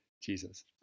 Jesus